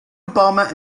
obama